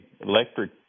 electric